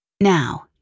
Now